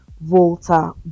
Volta